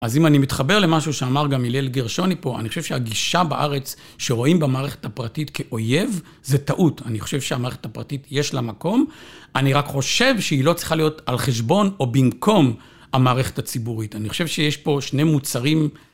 אז אם אני מתחבר למשהו שאמר גם הלל גרשוני פה, אני חושב שהגישה בארץ שרואים במערכת הפרטית כאויב, זה טעות. אני חושב שהמערכת הפרטית יש לה מקום, אני רק חושב שהיא לא צריכה להיות על חשבון או במקום המערכת הציבורית. אני חושב שיש פה שני מוצרים...